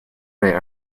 they